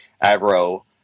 agro